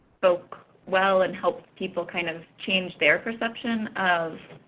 spoke well and helped people kind of change their perception of